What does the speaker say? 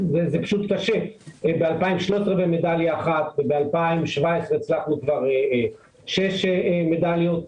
ב-2013 במדליה אחת, ב-2017 השגנו כבר שש מדליות.